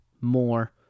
more